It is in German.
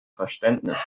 verständnis